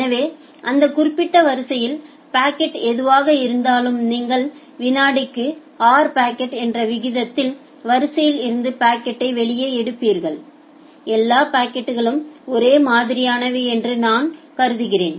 எனவே அந்த குறிப்பிட்ட வரிசையில் பாக்கெட் எதுவாக இருந்தாலும் நீங்கள் வினாடிக்கு r பாக்கெட்கள் என்ற விகிதத்தில் வரிசையில் இருந்து பாக்கெட்டை வெளியே எடுப்பீர்கள் எல்லா பாக்கெட்களும் ஒரே மாதிரியானவை என்று நான் கருதுகிறேன்